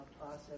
process